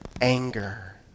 anger